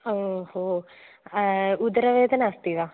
ओ हो उदरवेदना अस्ति वा